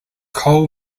coal